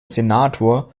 senator